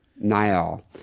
Niall